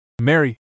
Mary